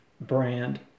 brand